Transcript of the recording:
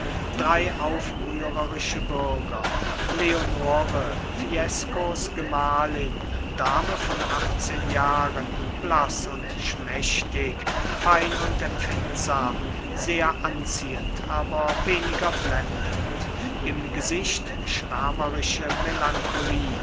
drei aufrührerische bürger leonore fiescos gemahlin dame von achtzehn jahren blaß und schmächtig fein und empfindsam sehr anziehend aber weniger blendend im gesicht schwärmerische melancholie